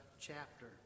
chapter